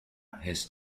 has